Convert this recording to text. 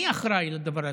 מי אחראי לדבר הזה?